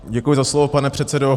Děkuji za slovo, pane předsedo.